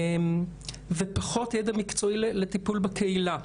ופחות ידע מקצועי לטיפול בקהילה.